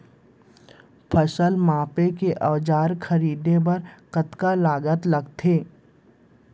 फसल मापके के औज़ार खरीदे बर कतका लागत लगथे?